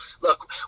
look